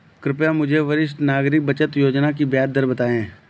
कृपया मुझे वरिष्ठ नागरिक बचत योजना की ब्याज दर बताएं?